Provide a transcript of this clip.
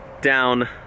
down